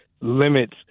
limits